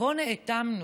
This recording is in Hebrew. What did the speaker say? פה נאטמנו.